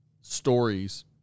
stories